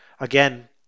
Again